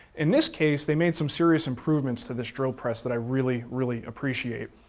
in this case, they made some serious improvements to this drill press that i really, really appreciate.